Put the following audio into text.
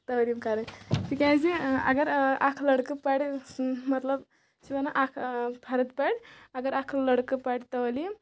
تعلیٖم کَرٕنۍ تِکیازِ اگر اَکھ لٔڑکہٕ پَرِ مطلب سُہ چھِ وَنان اَکھ فرٕد پَرِ اگر اَکھ لٔڑکہٕ پَرِ تعلیٖم